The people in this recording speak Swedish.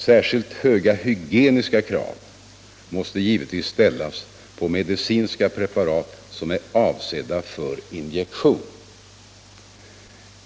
Särskilt höga hygieniska krav måste givetvis ställas på medicinska preparat som är avsedda för injektion.